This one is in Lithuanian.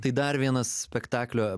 tai dar vienas spektaklio